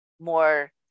more